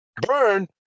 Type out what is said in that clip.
Burn